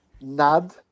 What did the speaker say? Nad